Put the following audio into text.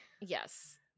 Yes